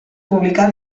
publicar